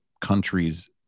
countries